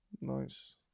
nice